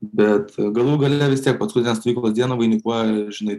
bet galų gale vis tiek paskutinę stovyklos dieną vainikuoja žinai